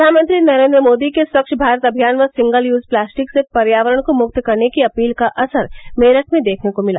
प्रधानमंत्री नरेन्द्र मोदी के स्वच्छ भारत अभियान व सिंगल यूज प्लास्टिक से पर्यावरण को मुक्त करने की अपील का असर मेरठ में देखने को मिला